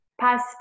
past